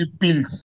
pills